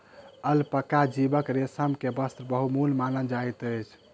alpaca जीवक रेशम के वस्त्र बहुमूल्य मानल जाइत अछि